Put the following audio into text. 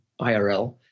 IRL